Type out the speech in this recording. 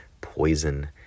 poison